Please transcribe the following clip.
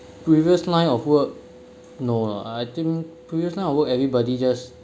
previous line of work no lah I think previous line of work everybody just